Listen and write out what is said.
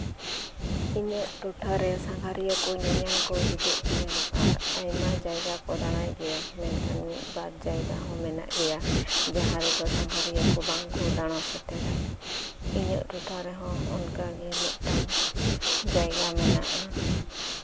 ᱤᱧᱟᱹᱜ ᱴᱚᱪᱷᱟ ᱨᱮ ᱥᱟᱸᱜᱷᱟᱨᱤᱭᱟᱹ ᱠᱚ ᱧᱮᱧᱮᱞ ᱠᱚ ᱦᱤᱡᱩᱜ ᱜᱮᱭᱟ ᱟᱨ ᱟᱭᱢᱟ ᱡᱟᱭᱜᱟ ᱠᱚ ᱫᱟᱬᱟᱭ ᱜᱮᱭᱟ ᱢᱮᱱᱠᱷᱟᱱ ᱢᱤᱫᱼᱵᱟᱨ ᱡᱟᱭᱜᱟ ᱦᱚᱸ ᱢᱮᱱᱟᱜ ᱜᱮᱭᱟ ᱡᱟᱦᱟᱸ ᱨᱮᱫᱚ ᱥᱟᱸᱜᱷᱟᱨᱤᱭᱟᱹ ᱠᱚ ᱵᱟᱝᱠᱚ ᱫᱟᱬᱟ ᱥᱮᱴᱮᱨᱟ ᱤᱧᱟᱹᱟᱜ ᱴᱚᱴᱷᱟ ᱨᱮᱦᱚᱸ ᱚᱱᱠᱟ ᱜᱮ ᱢᱤᱫ ᱴᱟᱝ ᱡᱟᱭᱜᱟ ᱢᱮᱱᱟᱜᱼᱟ